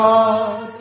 God